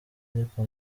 ariko